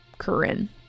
Corinne